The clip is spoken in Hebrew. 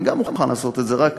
אני גם מוכן לעשות את זה, רק